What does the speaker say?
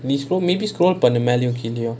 scroll பண்ணு மேலயும் கீழயும்:pannu melayum keelayum